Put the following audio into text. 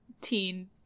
teen